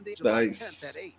Nice